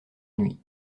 nuit